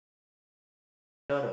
laughing is a no no